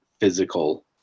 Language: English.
physical